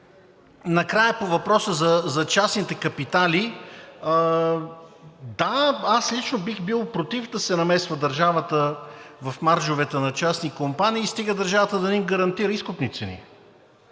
накрая по въпроса за частните капитали. Да, аз лично, бих бил против да се намесва държавата в маржовете на частни компании, стига държавата да не им гарантира изкупни цени,